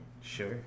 Sure